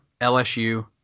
LSU